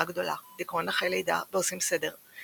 הגדולה" דיכאון אחרי לידה ב"עושים סדר",